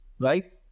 Right